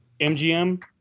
MGM